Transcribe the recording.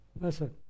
Listen